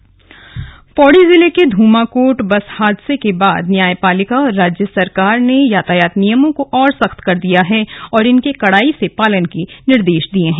यातायात नियम पौड़ी जिले के धूमाकोट बस हादसे के बाद न्यायपालिका और राज्य सरकार ने यातायात नियमों को और सख्त कर दिया है और इनके कड़ाई से पालन के निर्देश दिये हैं